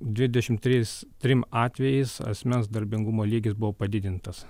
dvidešimt trijais trim atvejais asmens darbingumo lygis buvo padidintas